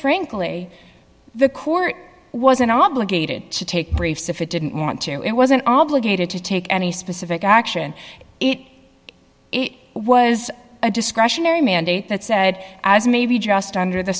frankly the court wasn't obligated to take briefs if it didn't want to it wasn't obligated to take any specific action it was a discretionary mandate that said as may be just under the